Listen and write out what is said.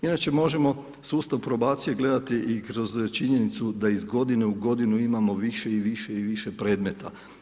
Inače možemo sustav probacije gledati i kroz činjenicu da iz godine u godinu imamo više i više i više predmeta.